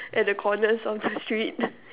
at the corners of the street